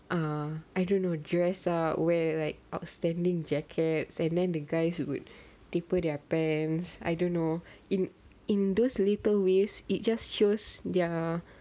ah I don't know dress ah wear like outstanding jackets and then the guys would taper their pants I don't know in in those little ways it just shows their